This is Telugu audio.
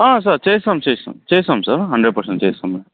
ఆ సార్ చేస్తాం చేస్తాం చేస్తాం సార్ హండ్రెడ్ పెర్సెంట్ చేస్తాం మేము